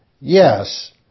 Yes